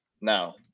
Now